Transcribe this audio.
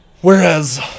Whereas